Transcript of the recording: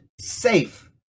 safe